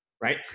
right